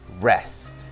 rest